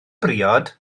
briod